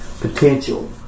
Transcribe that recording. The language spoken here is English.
potential